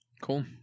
Cool